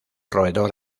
roedor